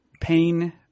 pain